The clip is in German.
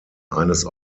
eines